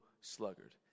sluggard